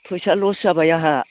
फैसा लस जाबाय आंहा